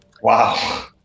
wow